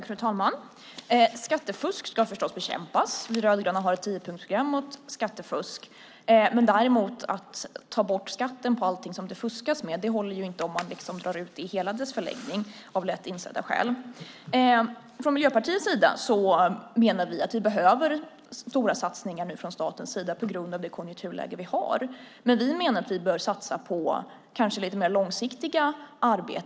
Fru talman! Skattefusk ska förstås bekämpas. Vi rödgröna har ett tiopunktsprogram mot skattefusk. Men att däremot ta bort skatten på allting som det fuskas med håller ju inte, om man liksom drar ut det i hela dess förlängning, av lätt insedda skäl. Från Miljöpartiets sida menar vi att vi nu behöver stora satsningar från statens sida på grund av det konjunkturläge vi har. Men vi menar att vi kanske bör satsa på lite mer långsiktiga arbeten.